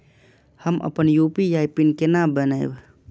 हम अपन UPI PIN केना बनैब?